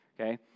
Okay